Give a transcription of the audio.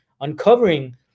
uncovering